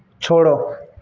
छोड़ो